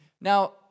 now